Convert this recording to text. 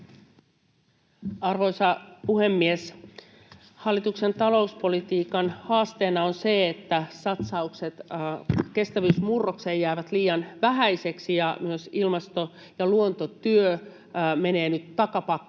Arvoisa puhemies! Hallituksen talouspolitiikan haasteena on se, että satsaukset kestävyysmurrokseen jäävät liian vähäisiksi ja myös ilmasto- ja luontotyö menee nyt takapakkia.